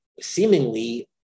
seemingly